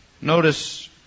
Notice